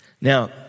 Now